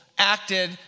acted